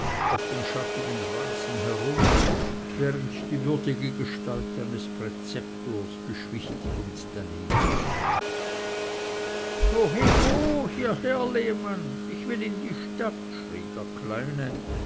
auf dem schattigen rasen herum während die würdige gestalt eines präzeptors beschwichtigend daneben stand hoheho hieher lehmann ich will in die stadt schrie der kleine